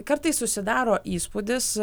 kartais susidaro įspūdis